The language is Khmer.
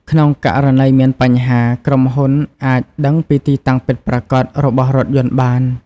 ក្នុងករណីមានបញ្ហា ក្រុមហ៊ុនអាចដឹងពីទីតាំងពិតប្រាកដរបស់រថយន្តបាន។